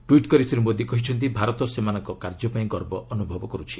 tweet କରି ଶ୍ରୀ ମୋଦୀ କହିଛନ୍ତି ଭାରତ ସେମାନଙ୍କ କାର୍ଯ୍ୟ ପାଇଁ ଗର୍ବ ଅନୁଭବ କରେ